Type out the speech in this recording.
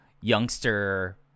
youngster